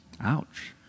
Ouch